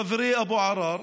חברי אבו עראר,